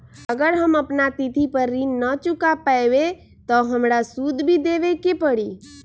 अगर हम अपना तिथि पर ऋण न चुका पायेबे त हमरा सूद भी देबे के परि?